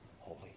holy